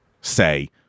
say